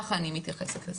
ככה אני מתייחסת לזה,